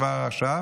כבר עכשיו